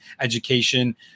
education